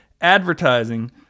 Advertising